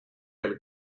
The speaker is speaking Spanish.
del